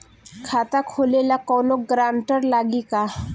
खाता खोले ला कौनो ग्रांटर लागी का?